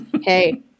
Hey